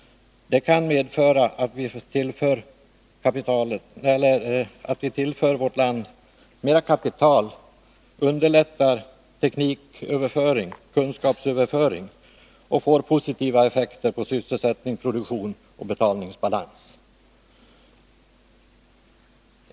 Det kan medföra att vi tillför vårt land mera kapital, underlättar tekniköverföring och kunskapsöverföring och får positiva effekter på sysselsättning, produktion och betalningsbalans.